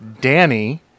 Danny